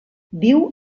viu